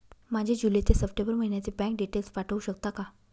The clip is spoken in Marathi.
माझे जुलै ते सप्टेंबर महिन्याचे बँक डिटेल्स पाठवू शकता का?